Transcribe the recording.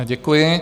Děkuji.